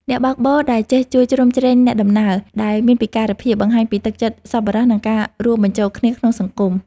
អ្នកបើកបរដែលចេះជួយជ្រោមជ្រែងអ្នកដំណើរដែលមានពិការភាពបង្ហាញពីទឹកចិត្តសប្បុរស និងការរួមបញ្ចូលគ្នាក្នុងសង្គម។